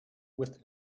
with